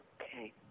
Okay